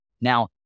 Now